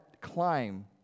climb